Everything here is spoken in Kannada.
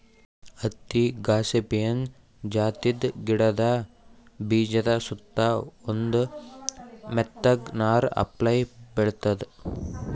ಹತ್ತಿ ಗಾಸಿಪಿಯನ್ ಜಾತಿದ್ ಗಿಡದ ಬೀಜಾದ ಸುತ್ತಾ ಒಂದ್ ಮೆತ್ತಗ್ ನಾರ್ ಅಪ್ಲೆ ಬೆಳಿತದ್